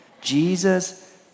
Jesus